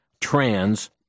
trans